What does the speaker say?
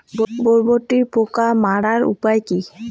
বরবটির পোকা মারার উপায় কি?